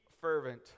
fervent